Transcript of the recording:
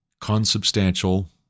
consubstantial